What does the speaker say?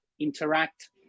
interact